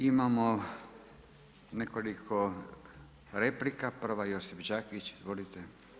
Imamo nekoliko replika, prva Josip Đakić, izvolite.